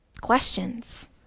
questions